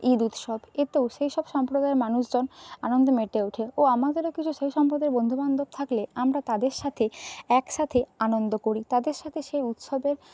ঈদ উৎসব এতেও সেই সব সম্প্রদায়ের মানুষজন আনন্দে মেতে ওঠে ও আমাদেরও কিছু সেই সম্প্রদায়ের বন্ধু বান্ধব থাকলে আমরা তাদের সাথে একসাথে আনন্দ করি তাদের সাথে সেই উৎসবের